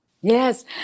yes